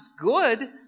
good